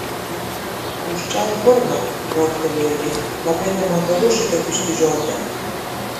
užčiaupk burną viauktelėjo ji labai nemandagu šitaip išsižioti